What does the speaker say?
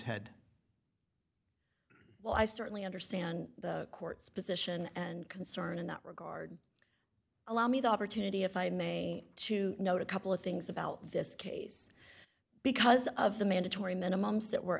head well i certainly understand the court's position and concern in that regard allow me the opportunity if i may to know to couple of things about this case because of the mandatory minimum state were